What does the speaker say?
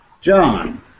John